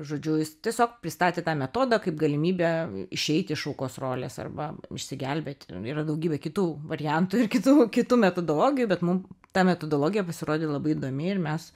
žodžiu jis tiesiog pristatė tą metodą kaip galimybę išeiti iš aukos rolės arba išsigelbėti yra daugybė kitų variantų ir kitų kitų metodologijų bet mum ta metodologija pasirodė labai įdomi ir mes